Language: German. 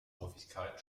häufigkeit